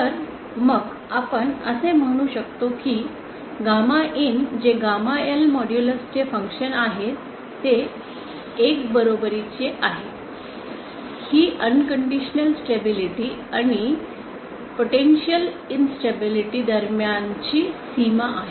तर मग आपण असे म्हणू शकतो की गॅमा IN जे गॅमा L मॉड्यूलस चे फंक्शन आहे ते 1 बरोबरीची आहे ही अनकंडिशनल स्टेबिलिटी आणि पोटेंशिअल इन्स्टेबिलिटी दरम्यानची सीमा आहे